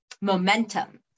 momentum